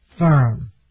firm